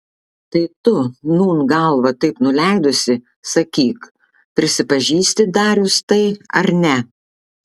tai tu nūn galvą taip nuleidusi sakyk prisipažįsti darius tai ar ne